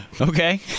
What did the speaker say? Okay